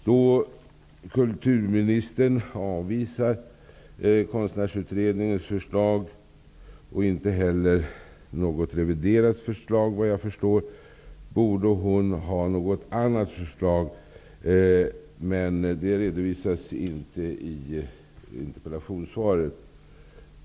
Då kulturministern avvisar Konstnärsutredningens förslag -- och det inte heller finns något reviderat förslag, såvitt jag förstår -- borde hon ha något annat förslag, men det redovisas inte i interpellationssvaret.